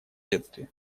детстве